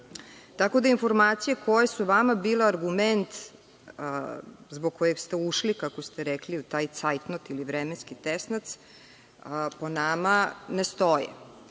Tako da informacije koje su vama bile argument zbog kojih ste ušli, kako ste rekli, u taj cajtnot ili vremenski tesnac, po nama, ne stoje. Ono